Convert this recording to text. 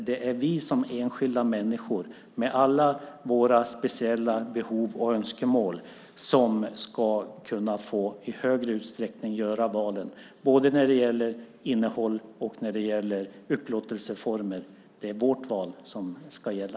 Det är vi som enskilda människor med alla våra speciella behov och önskemål som i större utsträckning ska få göra valen både när det gäller innehåll och upplåtelseformer. Det är vårt val som ska gälla.